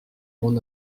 mon